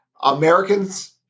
Americans